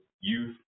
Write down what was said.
youth